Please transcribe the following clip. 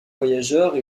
voyageurs